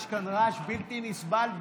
יש כאן רעש בלתי נסבל,